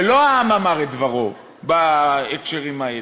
שלא העם אמר את דברו בהקשרים האלה?